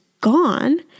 gone